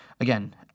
Again